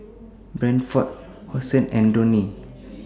Bradford Hosen and Downy